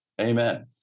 Amen